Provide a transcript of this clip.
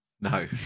No